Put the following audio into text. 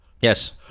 Yes